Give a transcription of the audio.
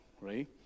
right